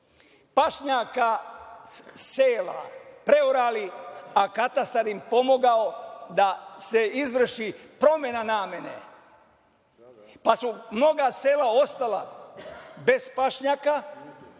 pašnjaka sela preorali, a katastar im pomogao da se izvrši promena namene, pa su mnoga sela ostala bez pašnjaka